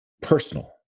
personal